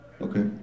Okay